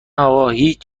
اقا، هیچ